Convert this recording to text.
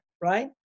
right